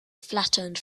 flattened